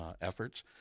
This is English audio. efforts